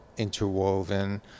interwoven